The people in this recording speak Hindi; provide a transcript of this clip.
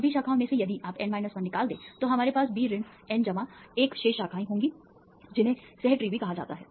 अब B शाखाओं में से यदि आप N 1 निकाल दें तो हमारे पास B ऋण N जमा 1 शेष शाखाएँ होंगी जिन्हें सह ट्री भी कहा जाता है